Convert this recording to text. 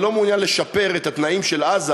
אני לא מעוניין לשפר את התנאים של עזה